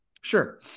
Sure